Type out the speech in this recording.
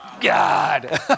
God